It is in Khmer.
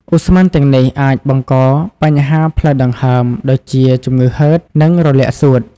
ឧស្ម័នទាំងនេះអាចបង្កបញ្ហាផ្លូវដង្ហើមដូចជាជំងឺហឺត និងរលាកសួត។